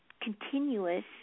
continuous